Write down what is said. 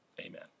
amen